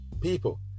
People